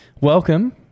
welcome